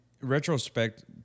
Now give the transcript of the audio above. retrospect